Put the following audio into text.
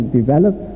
develop